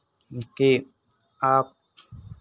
कि आप